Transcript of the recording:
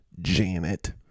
Janet